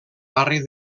barri